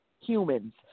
humans